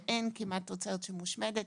ואין כמעט תוצרת שמושמדת.